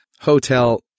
hotel